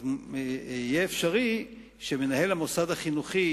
יהיה אפשרי שמנהל המוסד החינוכי,